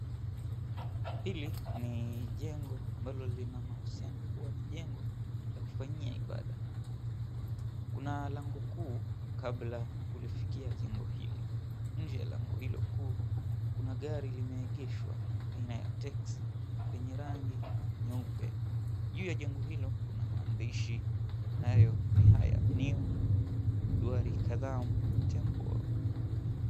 Hili ni jengo, ambalo lina mahusiano kuwa ni jengo la kufanyia ibada. Kuna lango kuu kabla kulifikia jengo hili, nje ya lango hilo kuu, kuna gari limeegeshwa aina ya teksi lenye rangi nyeupe. Juu ya jengo hilo kuna maandishi, nayo ni haya, "NEW DWARIKADHAM TEMPLE".